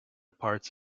parts